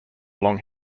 long